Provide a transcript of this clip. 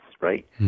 right